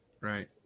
Right